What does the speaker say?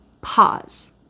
pause